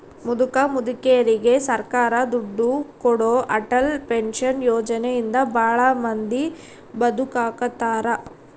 ಮುದುಕ ಮುದುಕೆರಿಗೆ ಸರ್ಕಾರ ದುಡ್ಡು ಕೊಡೋ ಅಟಲ್ ಪೆನ್ಶನ್ ಯೋಜನೆ ಇಂದ ಭಾಳ ಮಂದಿ ಬದುಕಾಕತ್ತಾರ